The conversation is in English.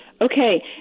okay